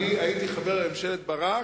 אני הייתי חבר בממשלת ברק,